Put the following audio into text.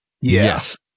Yes